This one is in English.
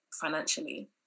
financially